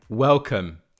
Welcome